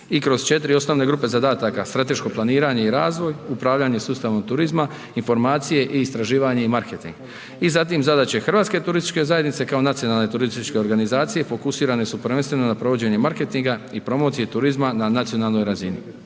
i kroz 4 osnovne grupe zadataka, strateško planiranje i razvoj, upravljanje sustavom turizma, informacije i istraživanje i marketing. I zatim, zadaće Hrvatske turističke zajednice, kao nacionalne turističke organizacije, fokusirane su prvenstveno na provođenje marketinga i promocije turizma na nacionalnoj razini.